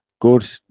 good